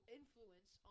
influence